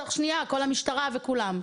תוך שניה כל המשטרה וכולם,